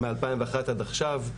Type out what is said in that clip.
מ-2001 ועד עכשיו,